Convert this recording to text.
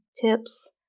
Tips